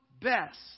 best